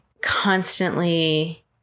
constantly